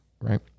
right